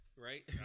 right